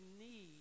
need